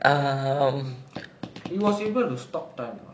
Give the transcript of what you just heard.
um he was able to stop time lah